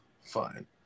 fine